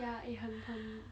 ya eh 很很